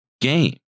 game